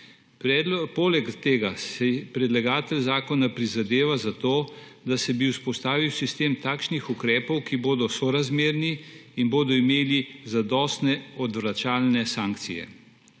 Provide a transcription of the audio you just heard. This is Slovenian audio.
Poleg tega si predlagatelj zakona prizadeva za to, da bi se vzpostavil sistem takšnih ukrepov, ki bodo sorazmerni in bodo imeli zadostne odvračalne sankcije.